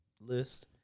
list